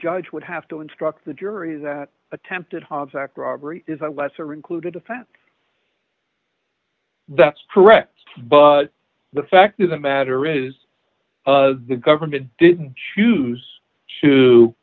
judge would have to instruct the jury that attempted hobbs act robbery is a lesser included offense that's correct but the fact of the matter is the government didn't choose